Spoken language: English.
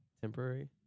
temporary